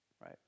Right